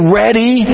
ready